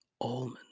almond